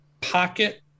pocket